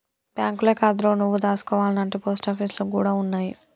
బాంకులే కాదురో, నువ్వు దాసుకోవాల్నంటే పోస్టాపీసులు గూడ ఉన్నయ్